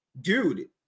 dude